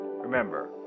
Remember